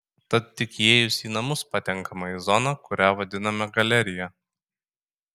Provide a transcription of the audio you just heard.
tad tik įėjus į namus patenkama į zoną kurią vadiname galerija